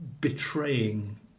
betraying